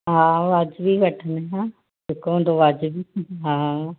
हा वाजिबी वठंदीसांव हिकड़ो त वाजिबी हा